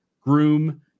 groom